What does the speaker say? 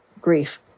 grief